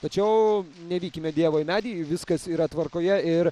tačiau nevykime dievo į medį viskas yra tvarkoje ir